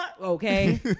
Okay